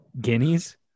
Guineas